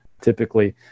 Typically